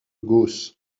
gauss